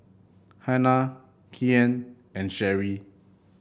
Hanna Kyan and Sherry